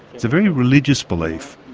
it's a very religious belief,